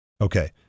Okay